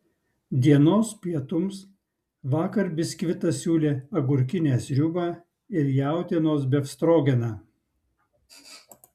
dienos pietums vakar biskvitas siūlė agurkinę sriubą ir jautienos befstrogeną